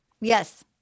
Yes